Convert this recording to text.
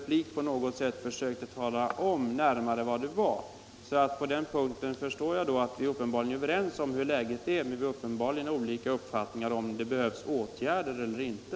På den punkten är vi uppenbarligen överens om hurudant läget är, men vi har olika uppfattningar om huruvida åtgärder behövs eller inte.